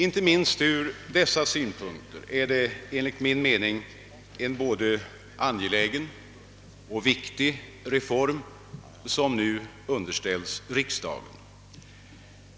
Inte minst från dessa synpunkter är det en enligt min mening både angelägen och viktig reform som nu underställs riksdagen.